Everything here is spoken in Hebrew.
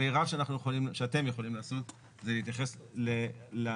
המירב שאתם יכולים לעשות זה להתייחס לפרוצדורה,